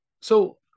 So-